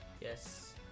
Yes